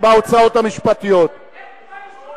בהוצאות המשפטיות אושרה על-ידי המליאה.